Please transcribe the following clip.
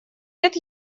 лет